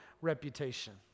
reputation